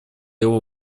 его